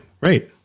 right